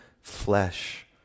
flesh